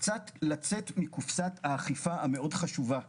קצת לצאת מקופסת האכיפה החשובה מאוד.